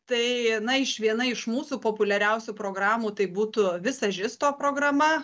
tai na iš viena iš mūsų populiariausių programų tai būtų vizažisto programa